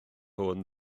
hwn